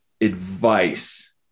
advice